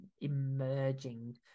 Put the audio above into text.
emerging